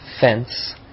fence